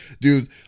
dude